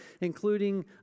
including